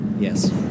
Yes